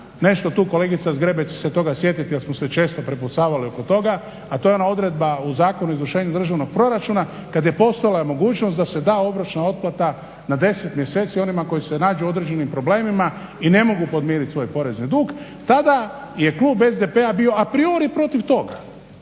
nešto tu, kolegica Zgrebec će se toga sjetiti jer smo se često prepucavali oko toga, a to je ona odredba u Zakonu o izvršenju državnog proračuna kad je bila postojala mogućnost da se da obročna otplata na 10 mjeseci onima koji se nađu u određenim problemima i ne mogu podmiriti svoj porezni dug. Tada je klub SDP-a bio a priori protiv tog,